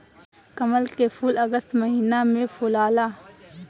कमल के फूल अगस्त महिना में फुलाला